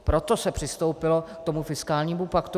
Proto se přistoupilo k tomu fiskálnímu paktu.